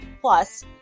Plus